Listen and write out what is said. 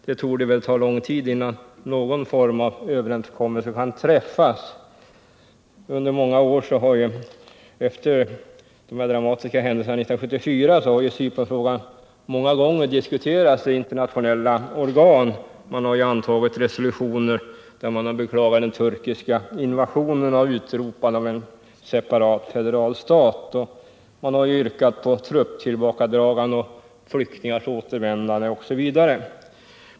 Det torde ta lång tid innan någon form av överenskommelse kan träffas. Under åren efter de dramatiska händelserna 1974 har Cypernfrågan många gånger diskuterats i internationella organ. Man har antagit resolutioner där man har beklagat den turkiska invasionen och utropandet av en separat federal stat, man har yrkat på trupptillbakadragande och flyktingars återvändande osv.